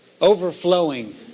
Overflowing